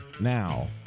now